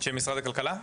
במשרד הכלכלה.